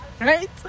Right